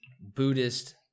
Buddhist